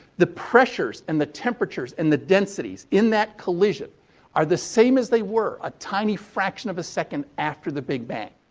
the pressures and the temperatures and the densities in that collision are the same as they were a tiny fraction of a second after the big bang.